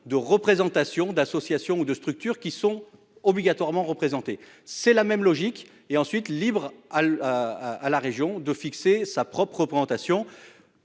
de représentations d'associations ou de structures qui sont obligatoirement. C'est la même logique et ensuite libre à à à à la région de fixer sa propre représentation.